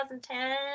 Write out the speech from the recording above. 2010